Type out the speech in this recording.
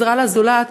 עזרה לזולת,